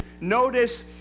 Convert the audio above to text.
Notice